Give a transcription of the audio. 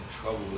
trouble